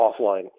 offline